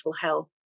health